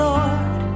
Lord